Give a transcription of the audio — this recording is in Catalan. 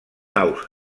aus